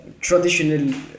traditional